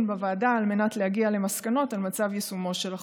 בוועדה על מנת להגיע למסקנות על מצב יישומו של החוק.